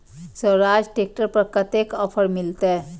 Swaraj tractor पर कतेक offer मिलते?